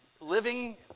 living